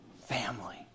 family